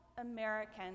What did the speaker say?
Americans